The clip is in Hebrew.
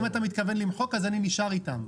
אם אתה מתכוון למחוק, אני נשאר אתן.